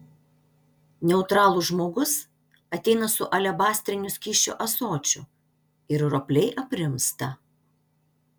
neutralų žmogus ateina su alebastriniu skysčio ąsočiu ir ropliai aprimsta